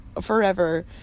forever